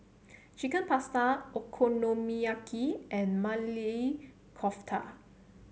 Chicken Pasta Okonomiyaki and Maili Kofta